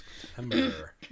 September